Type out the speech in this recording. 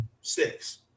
six